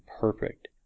perfect